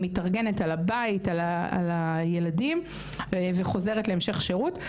מתארגנת על הבית ועל הילדים וחוזרת להמשך שירות.